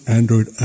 Android